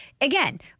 again